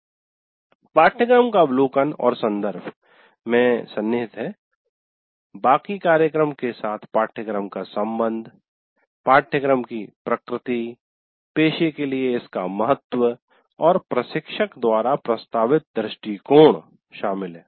"पाठ्यक्रम का अवलोकन और संदर्भ" में सन्निहित है बाकी कार्यक्रम के साथ पाठ्यक्रम का संबंध पाठ्यक्रम की प्रकृति पेशे के लिए इसका महत्व और प्रशिक्षक द्वारा प्रस्तावित दृष्टिकोण शामिल है